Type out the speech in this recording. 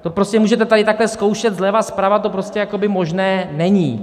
To prostě můžete tady takhle zkoušet zleva, zprava, to prostě možné není.